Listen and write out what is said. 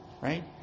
right